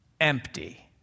empty